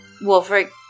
Wolfric